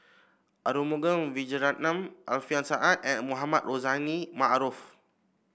Arumugam Vijiaratnam Alfian Sa'at and Mohamed Rozani Maarof